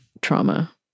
trauma